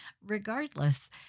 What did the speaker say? regardless